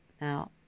Now